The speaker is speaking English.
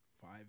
Five